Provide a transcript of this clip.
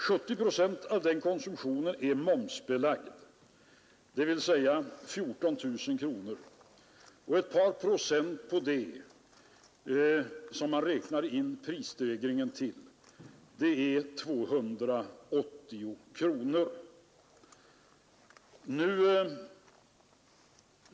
70 procent, dvs. 14 000 kronor, av denna konsumtion är belagd med mervärdeskatt, och 2 procent i prisstegring betyder 280 kronor.